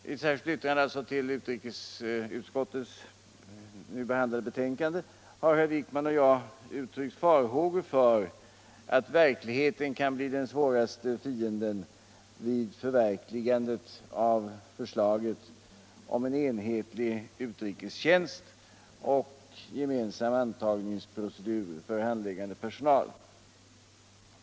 I ett särskilt yttrande till utrikesutskottets nu behandlade betänkande har herr Wijkman och jag uttryckt farhågor för att verkligheten kan bli den svåraste fienden vid förverkligande av förslaget om en enhetlig utrikestjänst och gemensam ansökningsprocedur för handläggande personal.